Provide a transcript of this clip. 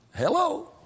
hello